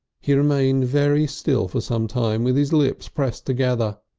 he remained very still for some time, with his lips pressed together.